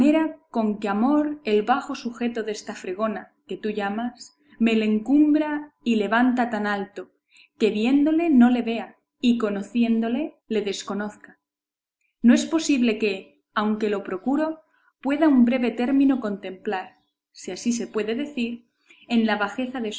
con que amor el bajo sujeto desta fregona que tú llamas me le encumbra y levanta tan alto que viéndole no le vea y conociéndole le desconozca no es posible que aunque lo procuro pueda un breve término contemplar si así se puede decir en la bajeza de